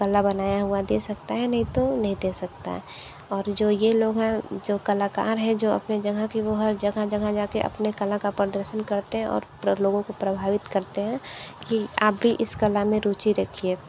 कला बनाया हुआ दे सकता है नहीं तो नहीं दे सकता है और जो यह लोग हैं जो कलाकार है जो अपने जगह की वह हर जगह जगह जाके अपने कल का प्रदर्शन करते हैं और लोगों को प्रभावित करते हैं कि आप भी इस कला में रुचि रखिए